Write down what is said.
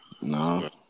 No